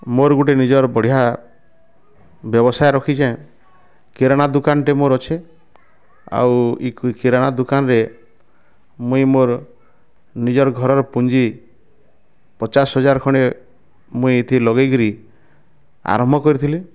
ମୋର ଗୋଟେ ନିଜର ବଢ଼ିଆ ବ୍ୟବସାୟ ରଖିଛେଁ କିରାନ ଦୋକାନ ଟେ ମୋର ଅଛେଁ ଆଉ କିରାନା ଦୋକାନରେ ମୁଁଇ ମୋର ନିଜର ଘରର ପୁଞ୍ଜି ପଚାଶ ହଜାର ଖଣ୍ଡେ ମୁଁ ଏଥିରେ ଲଗେଇ କିରି ଆରମ୍ଭ କରିଥିଲି